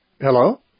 Hello